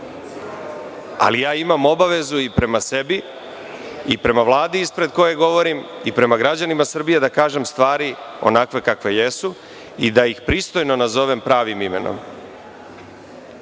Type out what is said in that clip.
ali ja imam obavezu i prema sebi i prema Vladi ispred koje govorim i prema građanima Srbije da kažem stvari onakve kakve jesu i da ih pristojno nazovem pravim imenom. Ovde